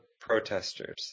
protesters